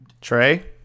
Trey